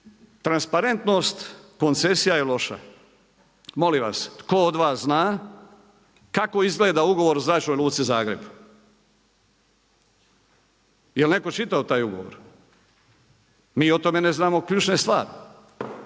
Transparentnost koncesija je loša. Molim vas tko od vas zna kako izgleda ugovor o Zračnoj luci Zagreb? Jel' netko čitao taj ugovor. Mi o tome ne znamo ključne stvari.